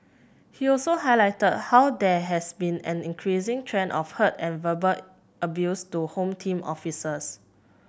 he also highlighted how there has been an increasing trend of hurt and verbal abuse to Home Team officers